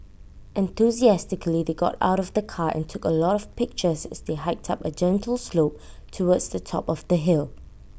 enthusiastically they got out of the car and took A lot of pictures as they hiked up A gentle slope towards the top of the hill